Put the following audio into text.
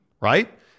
right